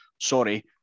sorry